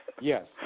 Yes